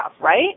Right